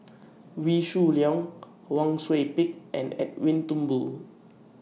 Wee Shoo Leong Wang Sui Pick and Edwin Thumboo